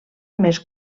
més